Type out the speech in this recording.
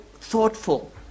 thoughtful